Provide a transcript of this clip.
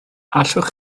allwch